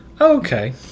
Okay